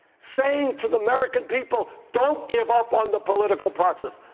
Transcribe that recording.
saying to the american people don't give up on the political process.